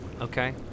okay